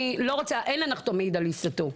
אין הנחתום מעיד על עיסתו.